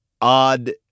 odd